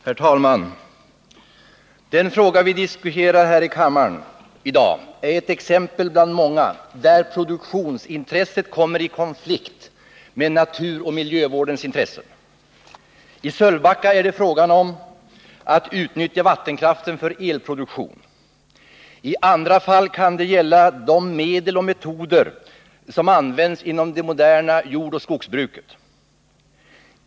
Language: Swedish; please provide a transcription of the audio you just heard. Herr talman! Den fråga vi diskuterar i kammaren i dag är ett exempel bland många där produktionsintresset kommer i konflikt med naturoch miljövårdens intressen. I Sölvbacka är det fråga om att utnyttja vattenkraften för elproduktion. I andra fall kan det gälla medel och metoder inom det moderna jordoch skogsbruket.